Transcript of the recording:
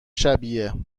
شبیه